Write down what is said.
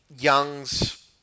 Young's